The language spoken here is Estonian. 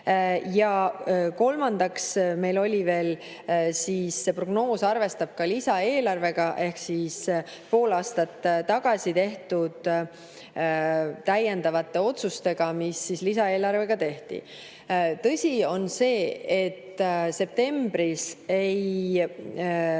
Ja kolmandaks, prognoos arvestab ka lisaeelarvega ehk pool aastat tagasi tehtud täiendavate otsustega, mis lisaeelarvega tehti. Tõsi on see, et septembris see